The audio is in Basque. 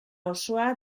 osoa